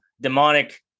demonic